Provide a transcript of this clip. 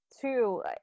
Two